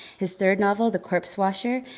his third novel, the corpse washer,